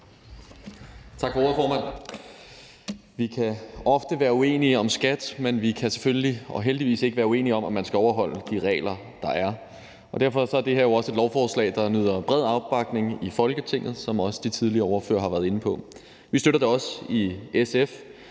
Tak for ordet, formand. Vi kan ofte være uenige om skat, men vi kan selvfølgelig og heldigvis ikke være uenige om, at man skal overholde de regler, der er. Derfor er det her jo også et lovforslag, der nyder bred opbakning i Folketinget, hvilket også de tidligere ordførere har været inde på. Vi støtter det også i SF.